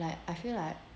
like I feel like